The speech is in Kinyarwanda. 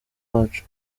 wacu